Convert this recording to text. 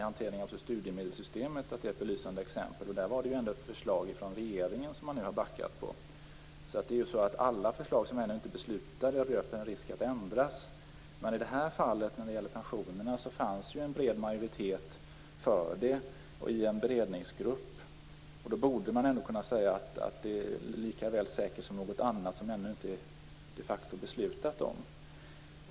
Hanteringen i studiemedelssystemet är ett belysande exempel. I det fallet var det ett förslag från regeringen som man har backat från. Alla förslag som man ännu inte har fattat beslut om löper en risk att ändras. Men i detta fall, när det gäller pensionerna, fanns det en bred majoritet för det i en beredningsgrupp. Då borde man ändå kunna säga att det är lika säkert som något annat som man ännu inte de facto har beslutat om.